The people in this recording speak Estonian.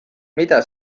mida